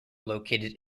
located